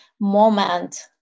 moment